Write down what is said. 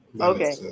Okay